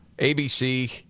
ABC